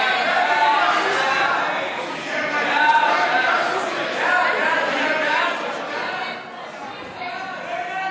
ההצעה להעביר את הצעת חוק גירוש משפחות מפגעים על רקע